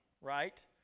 right